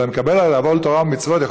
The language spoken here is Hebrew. אלא מקבל עליו עול תורה ומצוות,